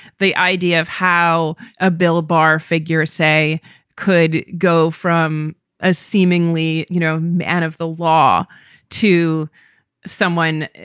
the idea of how a bill barr figures say could go from a seemingly, you know, man of the law to someone,